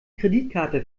kreditkarte